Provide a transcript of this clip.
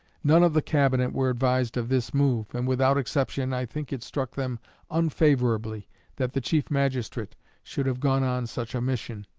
none of the cabinet were advised of this move, and without exception i think it struck them unfavorably that the chief magistrate should have gone on such a mission,